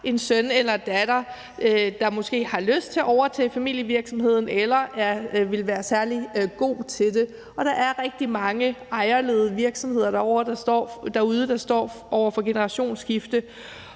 en søn eller datter, der måske har lyst til at overtage familievirksomheden eller vil være særlig god til det, og der er rigtig mange ejerledede virksomheder derude, der står over for generationsskifte,